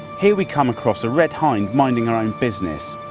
here we come across a red hind minding her own business.